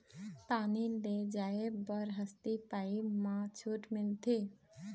पानी ले जाय बर हसती पाइप मा छूट मिलथे?